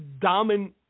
Damen